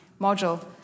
module